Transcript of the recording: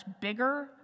bigger